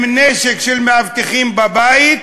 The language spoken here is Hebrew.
מנשק של מאבטחים בבית,